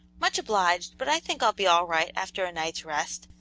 much obliged, but i think i'll be all right after a night's rest,